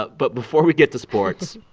but but before we get to sports,